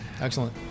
Excellent